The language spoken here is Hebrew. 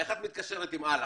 איך את מתקשרת עם אל"ח?